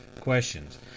questions